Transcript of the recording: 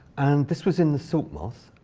and this was in the silk moth.